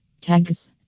Tags